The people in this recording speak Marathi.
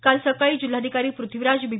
काल सकाळी जिल्हाधिकारी प्रथ्वीराज बी